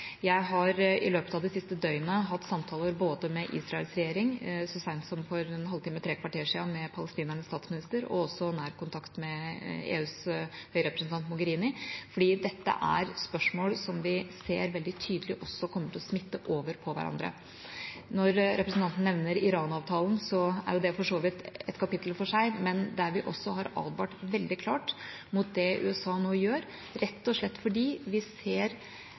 Jeg har i løpet av det siste døgnet hatt samtaler både med Israels regjering og så sent som for en halvtime–tre kvarter siden med palestinernes statsminister, og også hatt nær kontakt med EUs høyrepresentant Mogherini, fordi dette er spørsmål som vi ser veldig tydelig også kommer til å smitte over på hverandre. Når representanten nevner Iran-avtalen, er det for så vidt et kapittel for seg, men vi har også der advart veldig klart mot det USA nå gjør, rett og slett fordi vi allerede nå ser